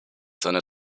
seine